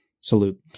Salute